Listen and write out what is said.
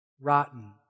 rotten